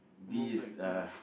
move back to